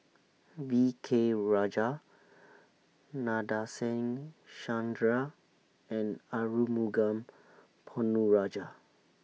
V K Rajah Nadasen Chandra and Arumugam Ponnu Rajah